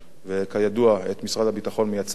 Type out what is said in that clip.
את משרד הביטחון מייצג כאן האלוף במילואים,